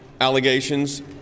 allegations